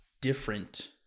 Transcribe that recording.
different